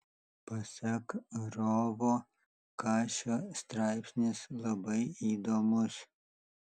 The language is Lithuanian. pasak rovo kašio straipsnis labai įdomus